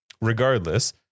regardless